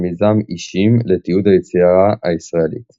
במיזם "אישים" לתיעוד היצירה הישראלית